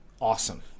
awesome